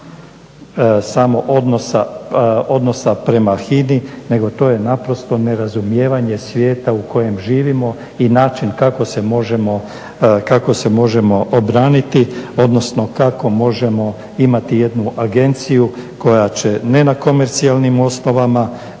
samo odnosa prema HINa-i nego to je nerazumijevanje svijeta u kojem živimo i način kako se možemo obraniti odnosno kako možemo imati jednu agenciju koja će ne na komercijalnim osnovama